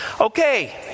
Okay